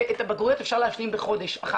ואת הבגרויות אפשר להשלים בחודש אחר כך.